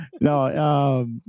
No